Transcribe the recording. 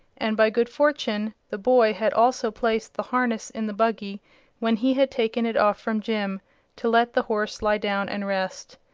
and by good fortune the boy had also placed the harness in the buggy when he had taken it off from jim to let the horse lie down and rest.